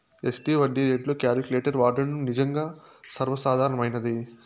SD వడ్డీ రేట్లు calculator వాడడం నిజంగా సర్వసాధారణమైనది